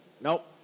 Nope